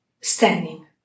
standing